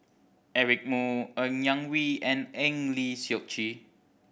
Eric Moo Ng Yak Whee and Eng Lee Seok Chee